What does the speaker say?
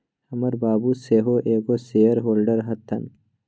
हमर बाबू सेहो एगो शेयर होल्डर हतन